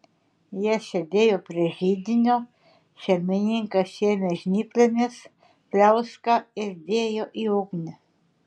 jie sėdėjo prie židinio šeimininkas ėmė žnyplėmis pliauską ir dėjo į ugnį